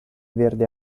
verde